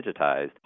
digitized